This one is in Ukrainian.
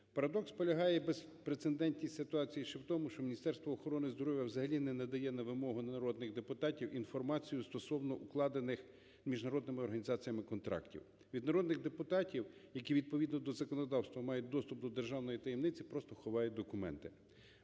Парадокс полягає в безпрецедентній ситуації ще в тому, що Міністерство охорони здоров'я взагалі не надає на вимогу народних депутатів інформацію стосовно укладених міжнародними організаціями контрактів. Від народних депутатів, які, відповідно до законодавства, мають доступ до державної таємниці, просто ховають документи.